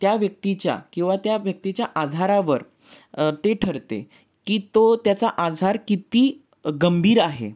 त्या व्यक्तीच्या किंवा त्या व्यक्तीच्या आजारावर ते ठरते की तो त्याचा आजार किती गंभीर आहे